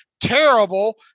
TERRIBLE